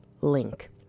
link